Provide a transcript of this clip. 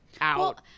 out